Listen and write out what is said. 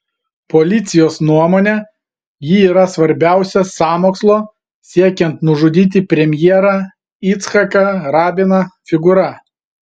policijos nuomone ji yra svarbiausia sąmokslo siekiant nužudyti premjerą icchaką rabiną figūra